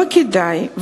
לא כדאי,